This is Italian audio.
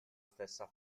stessa